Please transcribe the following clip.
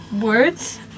words